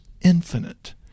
infinite